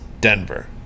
Denver